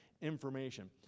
information